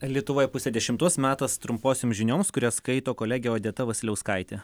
lietuvoje pusė dešimtos metas trumposiom žinioms kurias skaito kolegė odeta vasiliauskaitė